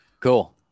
Cool